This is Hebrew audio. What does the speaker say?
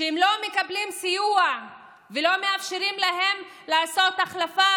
שהם לא מקבלים סיוע ולא מאפשרים להם לעשות החלפה